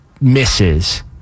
misses